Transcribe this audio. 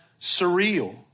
surreal